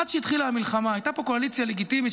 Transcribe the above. עד שהתחילה המלחמה הייתה פה קואליציה לגיטימית,